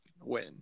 win